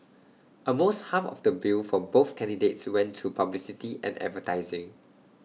almost half of the bill for both candidates went to publicity and advertising